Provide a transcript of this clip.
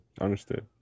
Understood